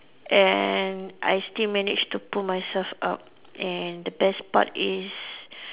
and I still manage to pull myself up and the best part is